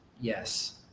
Yes